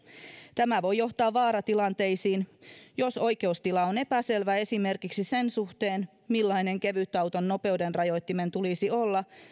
tämä voi johtaa vaaratilanteisiin jos oikeustila on epäselvä esimerkiksi sen suhteen millainen kevytauton nopeudenrajoittimen tulisi olla